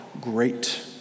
great